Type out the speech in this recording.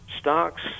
Stocks